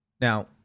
now